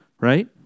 Right